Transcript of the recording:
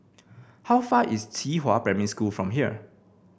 how far is Qihua Primary School from here